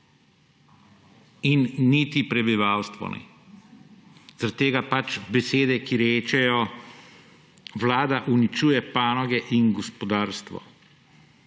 in niti prebivalstvo ne. Zaradi tega pač besede, ki rečejo, vlada uničuje panoge in gospodarstvo,